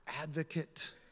advocate